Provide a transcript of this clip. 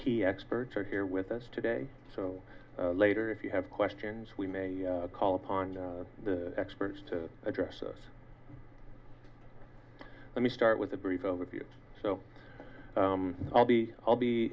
key experts are here with us today so later if you have questions we may call upon the experts to address us let me start with a brief overview so i'll be i'll be